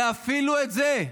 ואפילו את זה,